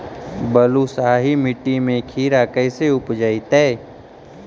बालुसाहि मट्टी में खिरा कैसे उपजतै?